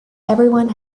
everyone